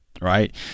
Right